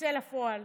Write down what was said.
ותצא לפועל,